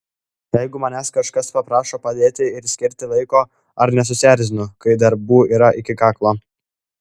jeigu manęs kažkas paprašo padėti ir skirti laiko ar nesusierzinu kai darbų yra iki kaklo